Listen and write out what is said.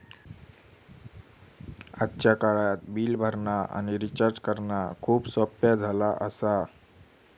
आजच्या काळात बिल भरणा आणि रिचार्ज करणा खूप सोप्प्या झाला आसा